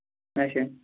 اچھا